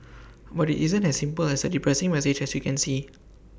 but IT isn't as simple as A depressing message as you can see